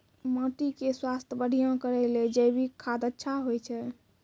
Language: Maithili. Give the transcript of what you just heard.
माटी के स्वास्थ्य बढ़िया करै ले जैविक खाद अच्छा होय छै?